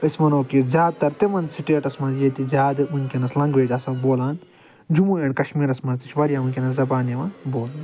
أسۍ ونو کہِ زیادٕ تر تِمن سِٹٮ۪ٹس منٛز ییٚتہِ زیادٕ وٕنکٮ۪نس لٮ۪نگوٮ۪ج آسکھ بولان جمو اٮ۪نڈ کشمیٖرس منٛز تہِ چھِ واریاہ وٕنکٮ۪نس زبانہٕ یِوان بولنہٕ